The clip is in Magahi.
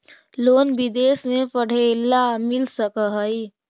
लोन विदेश में पढ़ेला मिल सक हइ?